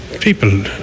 People